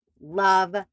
love